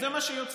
זה מה שיוצא.